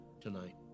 tonight